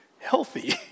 healthy